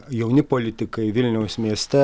jauni politikai vilniaus mieste